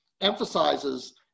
emphasizes